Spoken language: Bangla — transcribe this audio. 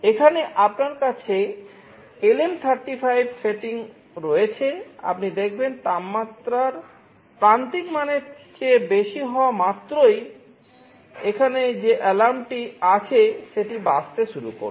এখানে আপনার কাছে LM35 সেটিং রয়েছে আপনি দেখবেন তাপমাত্রা প্রান্তিকের চেয়ে বেশি হওয়া মাত্রই এখানে যে অ্যালার্মটি আছে সেটি বাজতে শুরু করবে